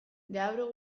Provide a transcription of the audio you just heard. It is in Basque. deabru